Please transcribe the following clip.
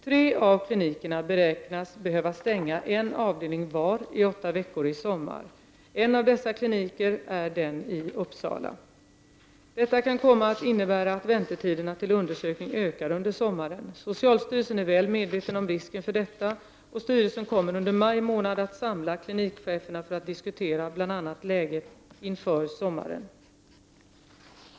Tre av klinikerna beräknas behöva stänga en avdelning var i åtta veckor i sommar. En av dessa kliniker är den i Uppsala. Detta kan komma att innebära att väntetiderna till undersökning ökar under sommaren. Socialstyrelsen är väl medveten om risken för detta. Styrelsen kommer under maj månad att samla klinikcheferna för att diskutera bl.a. läget inför sommaren.